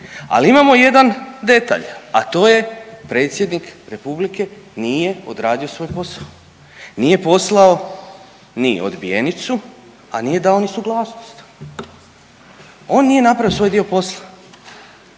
ali imamo jedan detalj, a to je Predsjednik Republike nije odradio svoj posao. Nije poslao ni odbijenicu, a nije dao ni suglasnost. On nije napravio svoj dio posla.